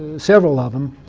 several of em,